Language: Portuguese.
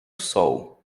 sol